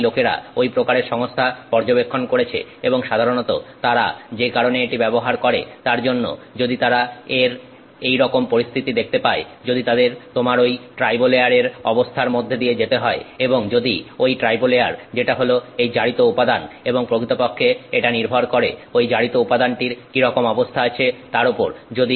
এবং তাই লোকেরা ওই প্রকারের সংস্থা পর্যবেক্ষণ করেছে এবং সাধারণত তারা যে কারণে এটি ব্যবহার করে তার জন্য যদি তারা এর এইরকম পরিস্থিতি দেখতে পায় যদি তাদের তোমার ওই ট্রাইবো লেয়ারের অবস্থার মধ্যে দিয়ে যেতে হয় এবং যদি ঐ ট্রাইবো লেয়ার যেটা হলো এই জারিত উপাদান এবং প্রকৃতপক্ষে এটা নির্ভর করে ওই জারিত উপাদানটির কিরকম অবস্থা আছে তার ওপর